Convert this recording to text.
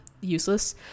useless